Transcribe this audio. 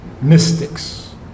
mystics